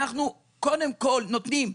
אנחנו קודם כול נותנים,